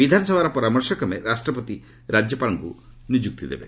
ବିଧାନସଭାର ପରାମର୍ଶକ୍ରମେ ରାଷ୍ଟପତି ରାଜ୍ୟପାଳଙ୍କୁ ନିଯୁକ୍ତି ଦେବେ